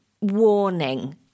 warning